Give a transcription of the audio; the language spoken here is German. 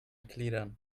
gliedern